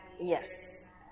yes